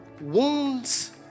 wounds